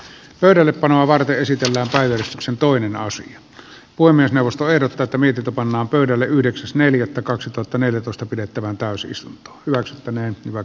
pöydällepanoa varten esitetään päivystyksen toiminnassa poimia neuvosto eivät tätä mietitä pannaan pöydälle yhdeksäs neljättä kaksitoista neljätoista pidettävään täysistunto hyväksyttäneen hyvät